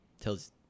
tells